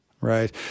Right